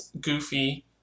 Goofy